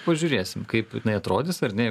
pažiūrėsim kaip jinai atrodys ar ne